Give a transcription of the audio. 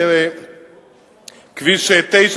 כביש 9,